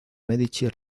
medici